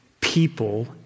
People